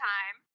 Time